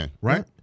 Right